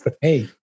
Hey